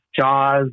Jaws